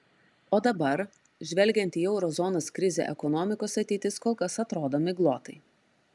o dabar žvelgiant į euro zonos krizę ekonomikos ateitis kol kas atrodo miglotai